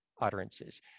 utterances